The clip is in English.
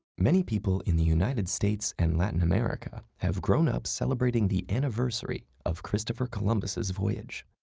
many people in the united states and latin america have grown up celebrating the anniversary of christopher columbus's voyage,